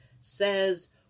says